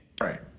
Right